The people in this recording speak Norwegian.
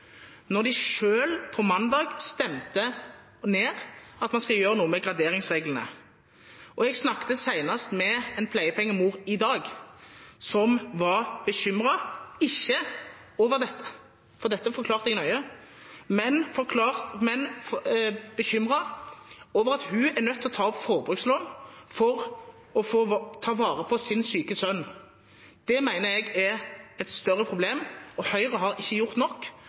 når de selv – på mandag – stemte ned forslaget om at man skal gjøre noe med graderingsreglene. Jeg snakket senest i dag med en pleiepengemor som var bekymret, ikke over dette, for dette forklarte jeg nøye, men over at hun er nødt til å ta opp forbrukslån for å ta vare på sin syke sønn. Det mener jeg er et større problem, og Høyre og regjeringen har ikke gjort nok.